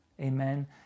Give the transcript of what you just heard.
Amen